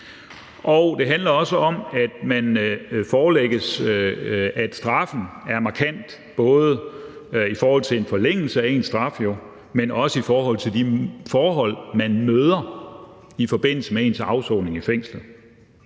og det handler også om, at man forelægges, at straffen er markant, både i forhold til en forlængelse af ens straf, men også i forhold til de forhold, man møder under afsoning i fængslet.